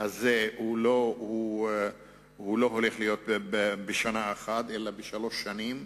האלה לא יועברו בשנה אחת, אלא בשלוש שנים.